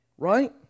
right